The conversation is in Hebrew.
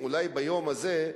בבקשה.